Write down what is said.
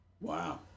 Wow